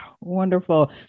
Wonderful